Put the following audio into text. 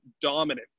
dominant